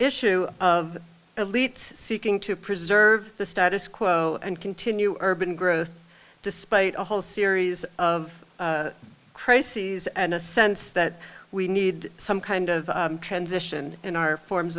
issue of elites seeking to preserve the status quo and continue urban growth despite a whole series of crises and a sense that we need some kind of transition in our forms